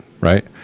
right